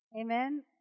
Amen